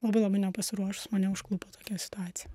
labai labai nepasiruošus mane užklupo tokia situacija